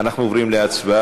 אנחנו עוברים להצבעה.